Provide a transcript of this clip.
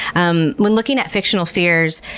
um when looking at fictional fears,